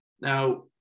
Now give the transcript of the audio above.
now